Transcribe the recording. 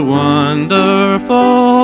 wonderful